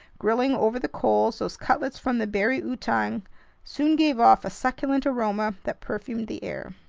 grilling over the coals, those cutlets from the bari-outang soon gave off a succulent aroma that perfumed the air.